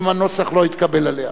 אם הנוסח לא יתקבל עליה.